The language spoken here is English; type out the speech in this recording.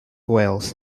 wales